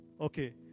Okay